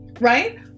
Right